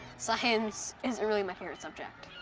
science isn't really my favorite subject.